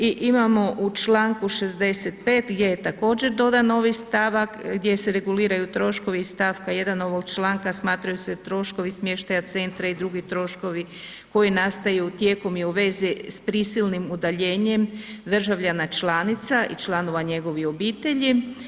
I imamo u članku 65. gdje je također dodan novi stavak gdje se reguliraju troškovi iz stavka 1. ovog članka smatraju se troškovi smještaja centra i drugi troškovi koji nastaju tijekom i u vezi s prisilnim udaljenjem državljana članica i članova njegovih obitelji.